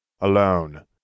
Alone